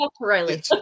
Riley